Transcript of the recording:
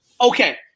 Okay